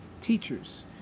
teachers